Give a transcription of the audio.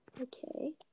Okay